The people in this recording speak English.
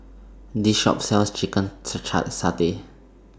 This Shop sells Chicken Satay